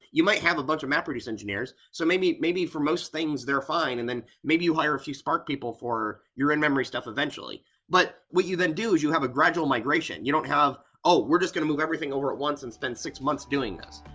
you might have a bunch of mapreduce engineers. so maybe maybe for most things, they're fine and then maybe you'll hire a few spark people for your in-memory stuff eventually but what you then do is you have a gradual migration. you don't have we're just going to move everything over at once and spend six months doing this.